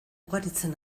ugaritzen